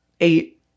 eight